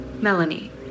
Melanie